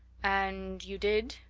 and you did?